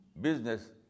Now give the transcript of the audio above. business